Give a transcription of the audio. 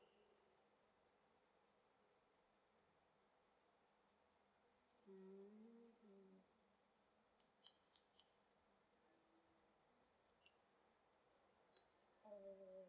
mm orh